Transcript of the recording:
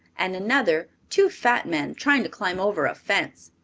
and another two fat men trying to climb over a fence.